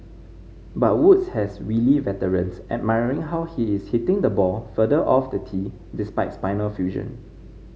but Woods has wily veterans admiring how he is hitting the ball further off the tee despite spinal fusion